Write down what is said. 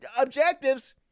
objectives